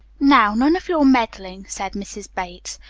now, none of your meddling, said mrs. bates.